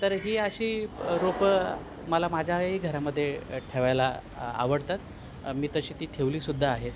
तर ही अशी रोपं मला माझ्याही घरामध्येे ठेवायला आवडतात मी तशी ती ठेवलीसुद्धा आहेत